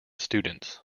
students